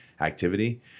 activity